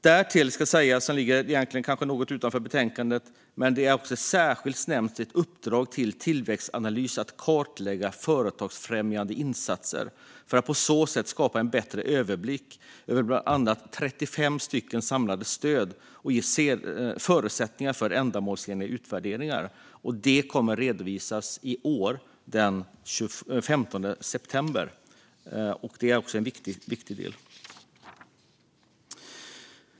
Därtill ska sägas - det ligger kanske något utanför det här ärendet - att det särskilt nämns ett uppdrag till Tillväxtanalys att kartlägga företagsfrämjande insatser för att på så sätt skapa en bättre överblick över bland annat 35 samlade stöd och ge förutsättningar för ändamålsenliga utvärderingar. Det kommer att redovisas den 15 september. Det är också en viktig del.